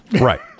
Right